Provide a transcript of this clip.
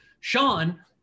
Sean